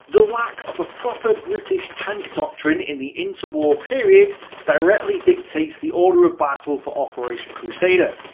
the lack of a proper british tank doctrine in the interwar period directly dictates the order of battle for operation crusader.